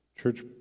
church